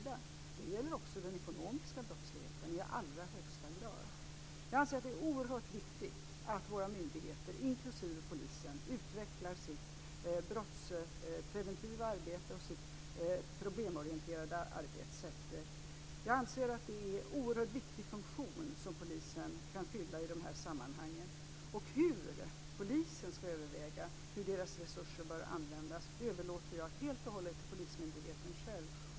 Det gäller också den ekonomiska brottsligheten i allra högsta grad. Jag anser att det är oerhört viktigt att våra myndigheter, inklusive polisen, utvecklar sitt brottspreventiva arbete och sitt problemorienterade arbetssätt. Polisen kan fylla en viktig funktion i de sammanhangen. Frågan om hur polisen ska använda sina resurser överlåter jag helt och hållet till polismyndigheten själv.